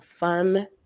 fun